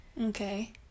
Okay